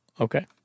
okay